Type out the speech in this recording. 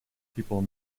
people